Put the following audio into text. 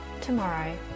tomorrow